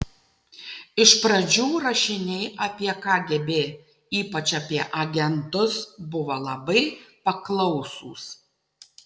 iš pradžių rašiniai apie kgb ypač apie agentus buvo labai paklausūs